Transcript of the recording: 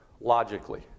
logically